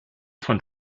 von